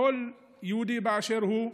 כל יהודי באשר הוא,